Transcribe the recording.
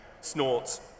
snorts